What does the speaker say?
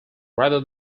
rather